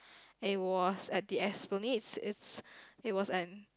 it was at the Esplanades it's it was an